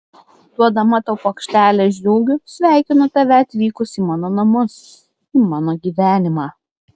duodama tau puokštelę žliūgių sveikinu tave atvykus į mano namus į mano gyvenimą